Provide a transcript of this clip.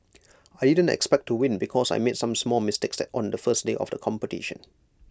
I didn't expect to win because I made some small mistakes on the first day of the competition